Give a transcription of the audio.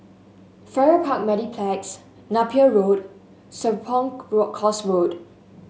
Farrer Park Mediplex Napier Road Serapong Course Road